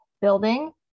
building